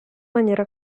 maniera